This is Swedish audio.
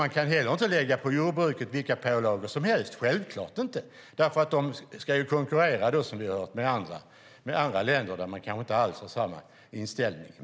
Man kan inte heller lägga vilka pålagor som helst på jordbruket - självklart inte, för vi ska konkurrera med andra länder där man kanske inte alls har samma inställning.